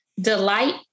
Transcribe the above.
Delight